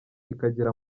ikagera